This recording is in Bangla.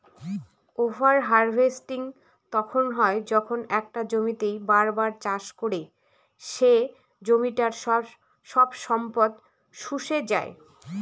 ওভার হার্ভেস্টিং তখন হয় যখন একটা জমিতেই বার বার চাষ করে সে জমিটার সব সম্পদ শুষে যাই